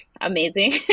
amazing